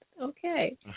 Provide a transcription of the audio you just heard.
okay